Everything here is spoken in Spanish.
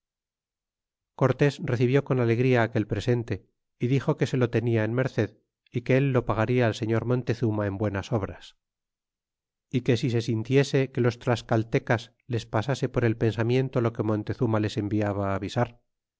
cortés recibió con alegría aquel presente y dixo que se lo tenia en merced y que él lo pagaria al señor montezuma en buenas obras y que si se sintiese que los tlascaltecas les pasase por el pensamiento lo que montezuma les enviaba avisar